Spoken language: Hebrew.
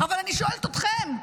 אבל אני שואלת אתכם: